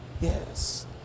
Yes